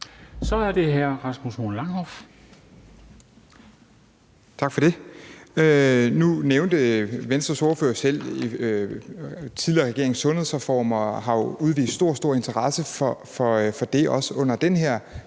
Kl. 13:30 Rasmus Horn Langhoff (S): Tak for det. Nu nævnte Venstres ordfører selv, at tidligere regeringers sundhedsreformer jo har udvist stor, stor interesse for det – og det har